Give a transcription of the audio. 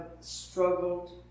struggled